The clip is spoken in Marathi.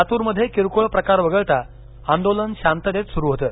लातूरमध्ये किरकोळ प्रकार वगळता आंदोलन शांततेत सुरू होतं